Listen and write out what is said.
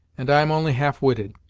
and i am only half-witted.